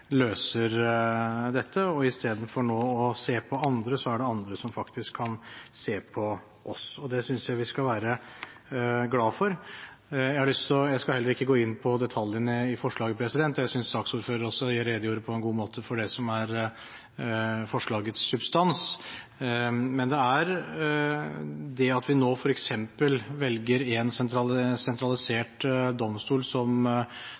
løser dette. Istedenfor som nå, at vi ser på andre, er det andre som faktisk kan se på oss. Det synes jeg vi skal være glade for. Jeg skal ikke gå inn på detaljene i forslaget. Jeg synes saksordføreren på en god måte redegjorde for det som er forslagets substans. Men det at vi nå f.eks. velger en sentralisert domstol som